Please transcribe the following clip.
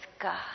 God